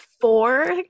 four